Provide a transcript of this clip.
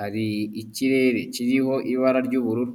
hari ikirere kiriho ibara ry'ubururu.